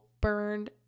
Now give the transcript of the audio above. burned